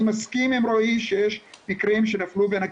אני מסכים עם רועי שיש מקרים שנפלו בין הכיסאות.